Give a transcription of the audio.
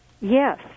Yes